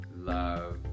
love